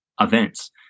events